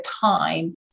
time